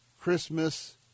Christmas